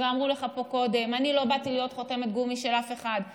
ואמרו לך פה קודם: אני לא באתי להיות חותמת גומי של אף אחד,